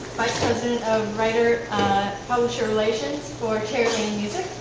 vice president of writer publisher relations for cherry lane music